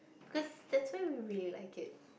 because that's where we really like it